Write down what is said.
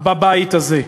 בבית הזה.